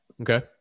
Okay